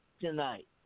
tonight